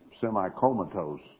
semi-comatose